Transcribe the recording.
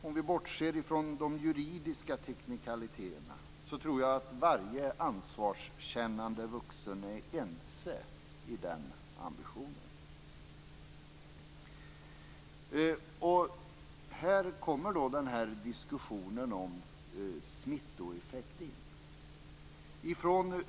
Om vi bortser från de juridiska teknikaliteterna tror jag att varje ansvarskännande vuxen är ense i den ambitionen. Här kommer diskussionen om smittoeffekt in.